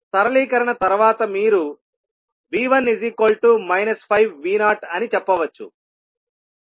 సరళీకరణ తర్వాత మీరు V1 5V0 అని చెప్పవచ్చు